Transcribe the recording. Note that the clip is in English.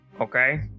Okay